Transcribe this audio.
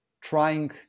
trying